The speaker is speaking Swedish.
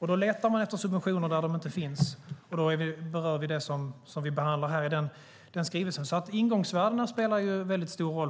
Då letar man efter subventioner som inte finns, och då berör vi det som behandlas här i skrivelsen. Ingångsvärdena spelar alltså väldigt stor roll.